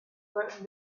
work